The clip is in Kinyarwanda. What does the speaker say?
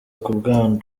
k’u